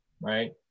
right